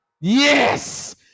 yes